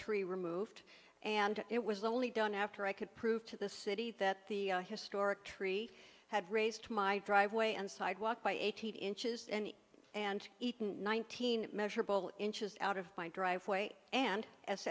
tree removed and it was only done after i could prove to the city that the historic tree had raised my driveway and sidewalk by eighteen inches and and eaten nineteen measurable inches out of my driveway and